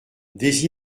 des